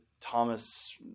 Thomas